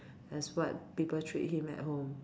as what people treat him at home